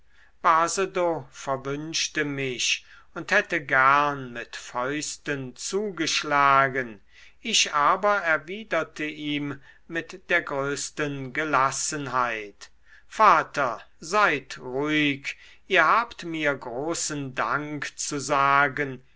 verwünschte mich und hätte gern mit fäusten zugeschlagen ich aber erwiderte ihm mit der größten gelassenheit vater seid ruhig ihr habt mir großen dank zu sagen